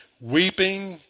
weeping